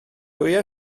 wyau